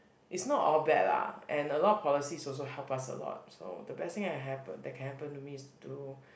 it's not all bad lah and a lot of policies also help us a lot so the best thing I happen that can happen to me is to